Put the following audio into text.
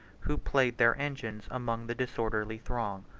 who played their engines among the disorderly throng.